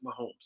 Mahomes